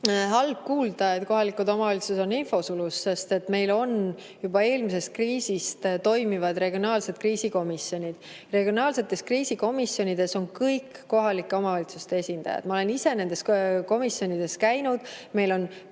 Halb kuulda, et kohalikud omavalitsused on infosulus, sest meil on juba eelmisest kriisist toimivad regionaalsed kriisikomisjonid. Regionaalsetes kriisikomisjonides on kõik kohalike omavalitsuste esindajad. Ma olen ise nendes komisjonides käinud, meil on